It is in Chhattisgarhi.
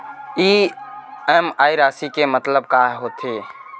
इ.एम.आई राशि के मतलब का होथे?